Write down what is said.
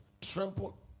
Trample